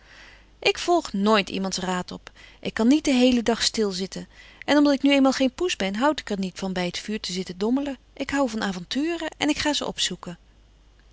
ik volg nooit iemands raad op ik kan niet den heelen dag stilzitten en omdat ik nu eenmaal geen poes ben houd ik er niet van bij het vuur te zitten dommelen ik houd van avonturen en ik ga ze opzoeken